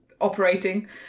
operating